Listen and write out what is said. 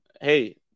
hey